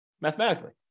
mathematically